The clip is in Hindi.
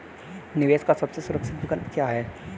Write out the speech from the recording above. निवेश का सबसे सुरक्षित विकल्प क्या है?